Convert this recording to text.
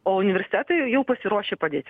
o universitetai jau pasiruošę padėti